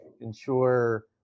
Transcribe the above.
ensure